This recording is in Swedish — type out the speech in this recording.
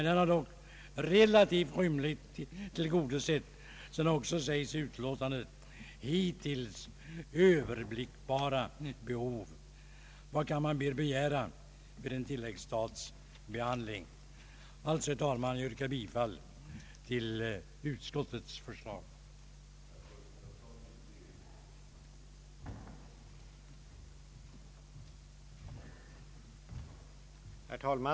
Den har relativt rymligt tillgodosett — såsom också sägs i utlåtandet — »hittills överblickbara behov». Vad kan man mer begära vid en tilläggsstats behandling? Herr talman! Jag yrkar bifall till utskottets förslag även i övrigt.